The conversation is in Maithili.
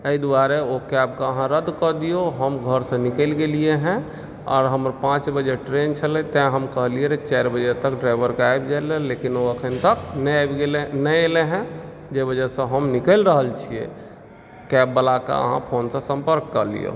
एहि दुआरे ओहि कैब के अहाँ रद्द कए दियौ हम घर से निकलि गेलियै है आर हमर पाँच बजे ट्रेन छेलै हैं तैं हम कहेलियै ह चारि बजे तक ड्राइवर के आबि जायले लेकिन ओ अखन तक नहि आबि गेले नहि आयले है जेहि वजह सऽ हम निकलि रहल छियै कैब बला के अहाँ फोन सॅं सम्पर्क कय लियौ